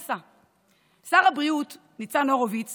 שר הבריאות ניצן הורוביץ